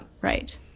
right